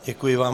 Děkuji vám.